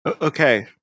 Okay